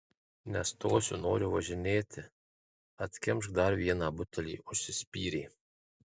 nestosiu noriu važinėti atkimšk dar vieną butelį užsispyrė